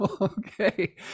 Okay